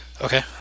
okay